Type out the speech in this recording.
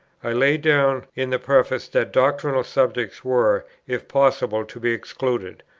i laid down in the preface that doctrinal subjects were, if possible, to be excluded.